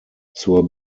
zur